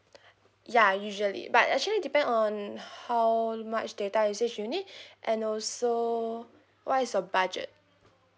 ya usually but actually depend on how much data usage you need and also what is your budget